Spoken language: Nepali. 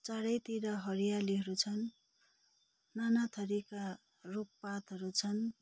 चारैतिर हरियालीहरू छन् नानाथरीका रुखपातहरू छन्